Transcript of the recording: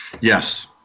Yes